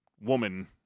woman